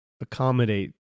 accommodate